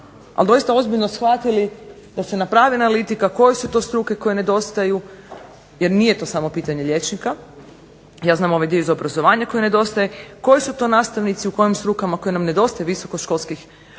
ali doista ozbiljno shvatili da se napravi analitika koje su to struke koje nedostaju, jer nije to samo pitanje liječnika, ja znam ovaj dio iz obrazovanja koji nedostaje, koji su to nastavnici i u kojim strukama koji nam nedostaje visokoškolskih nastavnika